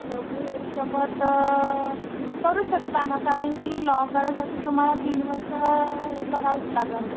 दोघंही एकसोबत करू शकता ना कारण की लॉ करायसाठी तुम्हाला तीन वर्ष हे करावंच लागंल